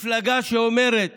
מפלגה שאומרת